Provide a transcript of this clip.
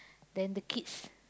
then the kids